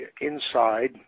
inside